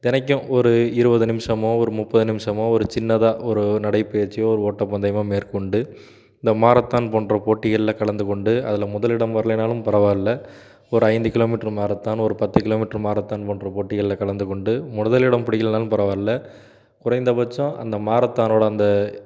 தினைக்கும் ஒரு இருபது நிமிஷமோ ஒரு முப்பது நிமிஷமோ ஒரு சின்னதாக ஒரு நடைப்பயிற்சியோ ஒரு ஓட்டப்பந்தயமோ மேற்கொண்டு இந்த மாரத்தான் போன்ற போட்டிகள்ல கலந்துக் கொண்டு அதில் முதலிடம் வர்லேனாலும் பரவால்ல ஒரு ஐந்து கிலோமீட்ரு மாரத்தான் ஒரு பத்து கிலோமீட்ரு மாரத்தான் போன்ற போட்டிகள்ல கலந்துக் கொண்டு முதலிடம் பிடிக்கலனாலும் பரவாயில்லை குறைந்தபட்சம் அந்த மாரத்தானோட அந்த